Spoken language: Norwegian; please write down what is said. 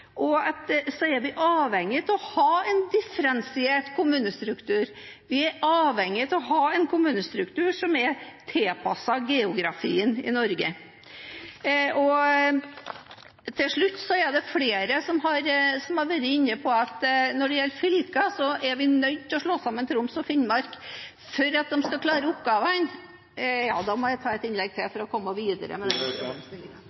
er vi avhengig av å ha en differensiert kommunestruktur. Vi er avhengig av å ha en kommunestruktur som er tilpasset geografien i Norge. Til slutt: Det er flere som har vært inne på at når det gjelder fylkene, er vi nødt til å slå sammen Troms og Finnmark for at de skal klare oppgavene . Jeg får tegne meg til et nytt innlegg